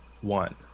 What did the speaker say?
one